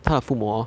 他父母